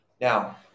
Now